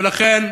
ולכן,